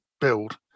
build